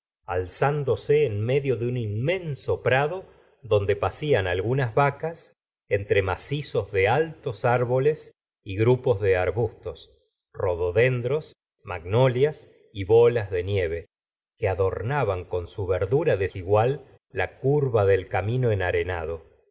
alzándose en medio de un inmenso prado donde pacían algunas vacas entre macizos de altos árboles y grupos de arbustos rododendrones magnolias y bolas de nieve que adornaban con su verdura desigual la curva del camino enarenado